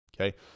okay